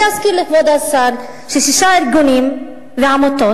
אני אזכיר לכבוד השר ששישה ארגונים ועמותות